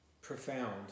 profound